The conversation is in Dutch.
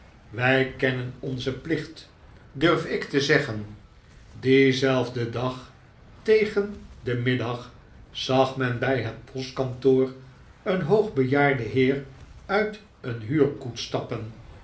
wij kennen onzen plicht durf ik te zeggen dienzelfden dag tegen den middag zag men bij het postkantoor een hoog bejaarde heer uit een huurkoets